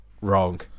wrong